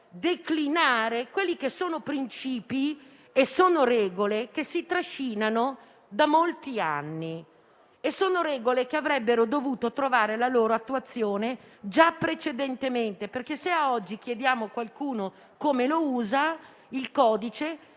declinare principi e regole che si trascinano da molti anni. Sono regole che avrebbero dovuto trovare la loro attuazione già precedentemente. Se oggi chiediamo a qualcuno come usa il codice,